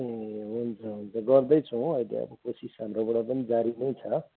ए हुन्छ हुन्छ गर्दैछौँ अहिले अब कोसिस हाम्रोबाट पनि जारी नै छ